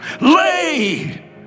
Lay